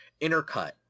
intercut